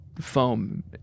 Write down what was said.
foam